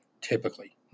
typically